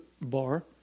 bar